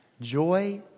Joy